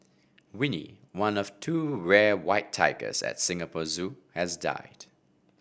Winnie one of two rare white tigers at Singapore Zoo has died